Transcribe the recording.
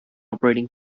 operating